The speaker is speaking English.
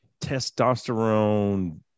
testosterone